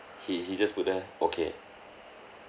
he he just put there okay